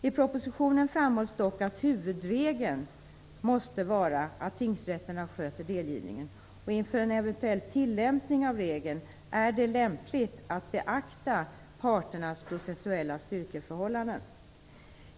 I propositionen framhålls dock att huvudregeln måste vara att tingsrätterna sköter delgivningen och att inför en eventuell tillämpning av regeln är det lämpligt att beakta parternas processuella styrkeförhållanden.